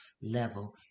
level